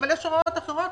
אבל יש הוראות אחרות